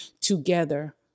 together